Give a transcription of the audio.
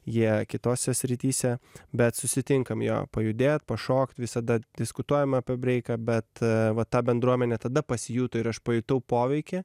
jie kitose srityse bet susitinkam jo pajudėt pašokt visada diskutuojame apie breiką bet va ta bendruomenė tada pasijuto ir aš pajutau poveikį